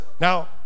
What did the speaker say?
Now